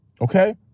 Okay